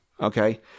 okay